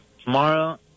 tomorrow